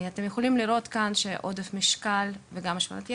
אתם יכולים לראות כאן שגם עודף המשקל וגם השמנת יתר,